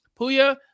Puya